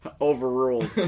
Overruled